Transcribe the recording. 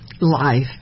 life